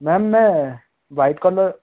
ma'am मैं white colour